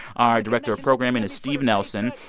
our director of programming is steve nelson.